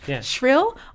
Shrill